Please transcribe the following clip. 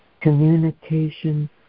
communication